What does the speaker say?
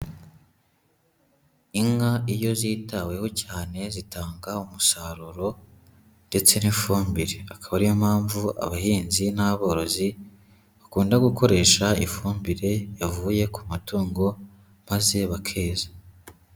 Inka iyo zitaweho cyane zitanga umusaruro ndetse n'ifumbire. Akaba ari yo mpamvu abahinzi n'aborozi, bakunda gukoresha ifumbire yavuye ku matungo maze bakeza.